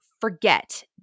forget